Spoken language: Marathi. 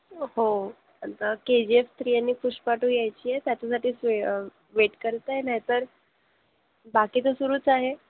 हो आता के जी एफ थ्री आणि पुष्पा टू यायची आहेत त्याच्यासाठीच वे वेट करत आहे नाहीतर बाकी तर सुरूच आहे